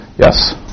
Yes